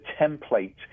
template